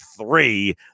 three